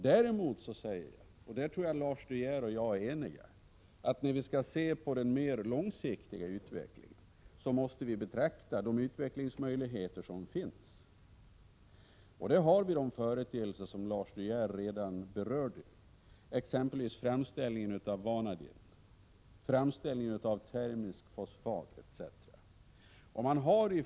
Däremot säger jag — och på den punkten tror jag Lars De Geer och jag är eniga — att när vi skall se på den mera långsiktiga utvecklingen måste vi betrakta de utvecklingsmöjligheter som finns. Där har vi de företeelser som Lars De Geer redan har berört, exempelvis framställning av vanadin och framställning av termisk fosfat.